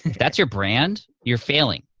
that's your brand? you're failing.